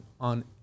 on